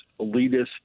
elitist